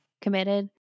committed